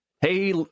Hey